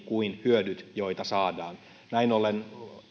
kuin hyödyt joita saadaan näin ollen